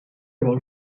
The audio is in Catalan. vol